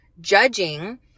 judging